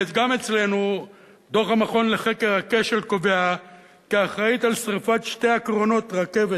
גם אצלנו דוח המכון לחקר הכשל קובע כי האחריות לשרפת שני קרונות רכבת